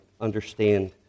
understand